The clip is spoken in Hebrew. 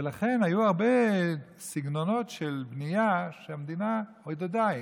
ולכן היו הרבה סגנונות של בנייה שהמדינה עודדה,